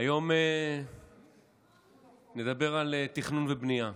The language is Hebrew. היום נדבר על תכנון ובנייה.